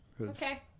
Okay